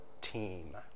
team